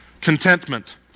Contentment